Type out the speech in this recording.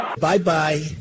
Bye-bye